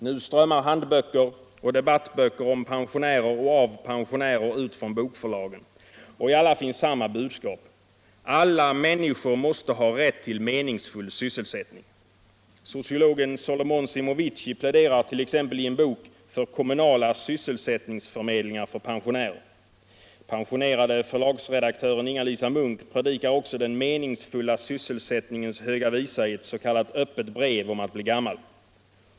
Nu strömmar handböcker och debattböcker om pensionärer och av pensionärer ut från bokförlagen — och i alla finns samma budskap: Alla människor måste ha rätt till meningsfull sysselsättning. Sociologen Solomon Simovici pläderar t.ex. i en bok för kommunala sysselsättningsförmedlingar för pensionärer. Pensionerade förlagsredaktören Ingalisa Munck predikar också den meningsfulla sysselsättningens höga visa i ett s.k. Öppet brev — om att bli gammal.